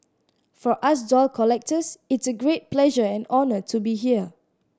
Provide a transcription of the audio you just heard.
for us doll collectors it's a great pleasure and honour to be here